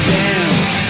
dance